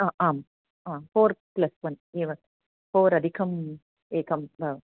आम् आ four plus one एव फोर् अधिकम् एकम्